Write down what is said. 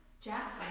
Jack